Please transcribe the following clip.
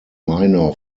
minor